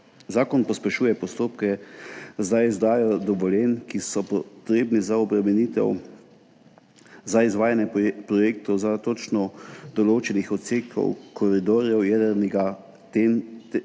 Zakon pospešuje postopke za izdajo dovoljenj, ki so potrebna za izvajanje projektov za točno določene odseke koridorjev jedrnega